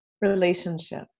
relationship